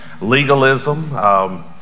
legalism